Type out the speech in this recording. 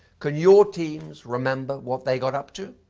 can your teams remember what they got up to?